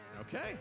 Okay